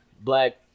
black